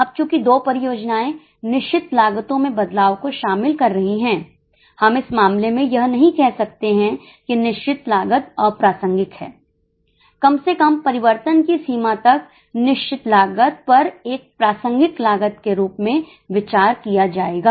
अब चूंकि 2 परियोजनाएं निश्चित लागतों में बदलाव को शामिल कर रही हैं हम इस मामले में यह नहीं कह सकते हैं कि निश्चित लागत अप्रासंगिक है कम से कम परिवर्तन की सीमा तक निश्चित लागत पर एक प्रासंगिक लागत के रूप में विचार किया जाएगा